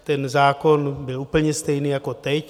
Ten zákon byl úplně stejný jako teď.